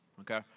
Okay